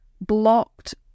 blocked